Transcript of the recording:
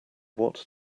what